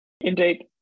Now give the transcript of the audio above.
Indeed